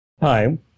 time